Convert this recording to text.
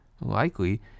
likely